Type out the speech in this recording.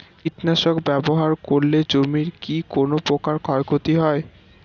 কীটনাশক ব্যাবহার করলে জমির কী কোন প্রকার ক্ষয় ক্ষতি হয়?